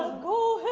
go